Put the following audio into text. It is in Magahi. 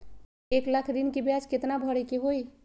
एक लाख ऋन के ब्याज केतना भरे के होई?